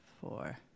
Four